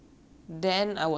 so that's like I think twent~